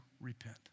repent